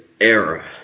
era